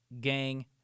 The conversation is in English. gang